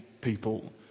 people